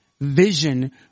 vision